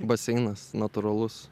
baseinas natūralus